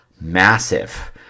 massive